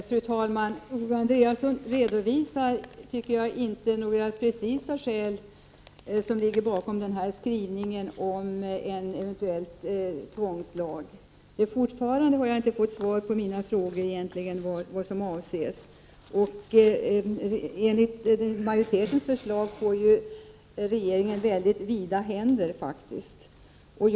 Fru talman! Owe Andréasson redovisade inte, tyckte jag, några principiella skäl för en eventuell tvångslag och inte heller vad som ligger bakom skrivningen i betänkandet. Jag har fortfarande inte fått svar på min fråga om vad som avses. Enligt majoritetens förslag får regeringen faktiskt mycket fria händer.